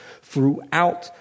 throughout